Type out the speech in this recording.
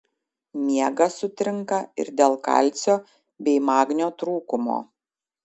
miegas sutrinka ir dėl kalcio bei magnio trūkumo